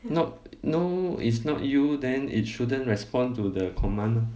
not no it's not you then it shouldn't respond to the command ah